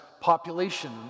population